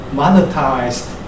monetized